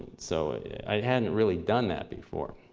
so i hadn't really done that before.